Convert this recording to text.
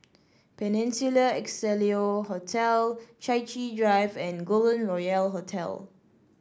Peninsula Excelsior Hotel Chai Chee Drive and Golden Royal Hotel